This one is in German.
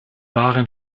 waren